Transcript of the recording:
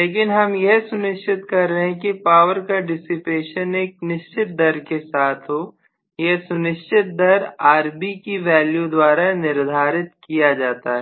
लेकिन हम यह सुनिश्चित कर रहे हैं कि पावर का डिसिपेशन एक निश्चित दर के साथ हो यह निश्चित दर Rb की वैल्यू द्वारा निर्धारित किया जाता है